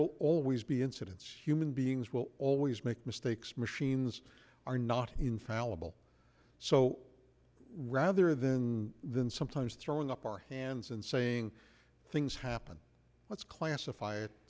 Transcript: will always be incidents human beings will always make mistakes machines are not infallible so rather than than sometimes throwing up our hands and saying things happen let's classify it